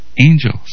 angels